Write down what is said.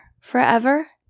forever